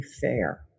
fair